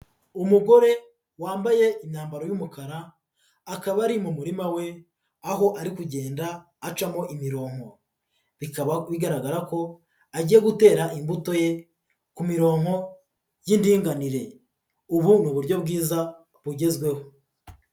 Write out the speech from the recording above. Umugore wambaye imyambaro y'umukara, akaba ari mu murima we, aho ari kugenda acamo imirongo, bikaba bigaragara ko agiye gutera imbuto ye ku mirongo y'indinganire, ubu ni uburyo bwiza bugezweho.